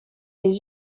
les